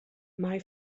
mae